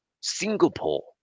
singapore